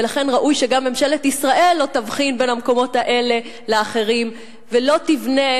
ולכן ראוי שגם ממשלת ישראל לא תבחין בין המקומות האלה לאחרים ולא תבנה